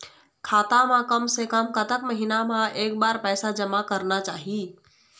खाता मा कम से कम कतक महीना मा एक बार पैसा जमा करना चाही?